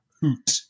hoot